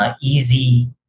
easy